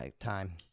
time